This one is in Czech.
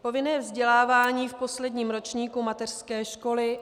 Povinné vzdělávání v posledním ročníku mateřské školy.